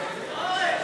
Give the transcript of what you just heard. ההצעה